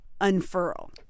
unfurl